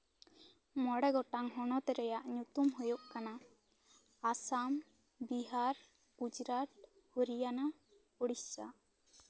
ᱢᱚᱬᱮ ᱜᱚᱴᱟᱝ ᱦᱚᱱᱚᱛ ᱨᱮᱭᱟᱜ ᱧᱩᱛᱩᱢ ᱦᱳᱭᱳᱜ ᱠᱟᱱᱟ ᱟᱥᱟᱢ ᱵᱤᱦᱟᱨ ᱜᱩᱡᱽᱨᱟᱴ ᱦᱚᱨᱤᱭᱟᱱᱟ ᱳᱰᱤᱥᱟ